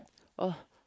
oh